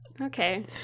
Okay